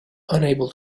unable